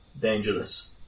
dangerous